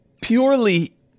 purely